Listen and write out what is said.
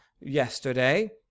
yesterday